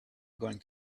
going